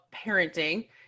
parenting